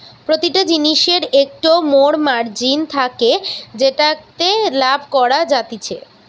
প্রতিটা জিনিসের একটো মোর মার্জিন থাকে যেটাতে লাভ করা যাতিছে